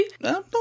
No